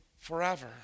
forever